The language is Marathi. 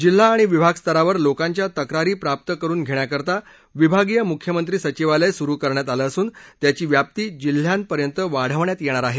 जिल्हा आणि विभाग स्तरावर लोकांच्या तक्रारी प्राप्त करून घेण्याकरता विभागीय मुख्यमंत्री सचिवालय सुरू करण्यात आलं असून त्याची व्याप्ती जिल्ह्यांपर्यंत वाढवण्यात येणार आहे